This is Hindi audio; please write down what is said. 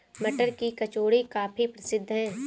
मटर की कचौड़ी काफी प्रसिद्ध है